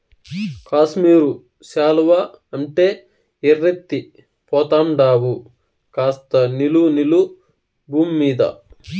కాశ్మీరు శాలువా అంటే ఎర్రెత్తి పోతండావు కాస్త నిలు నిలు బూమ్మీద